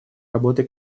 работы